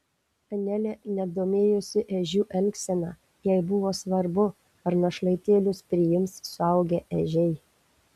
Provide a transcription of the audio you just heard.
anelė net domėjosi ežių elgsena jai buvo svarbu ar našlaitėlius priims suaugę ežiai